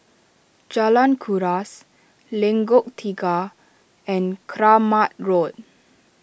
Jalan Kuras Lengkok Tiga and Kramat Road